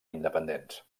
independents